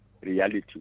reality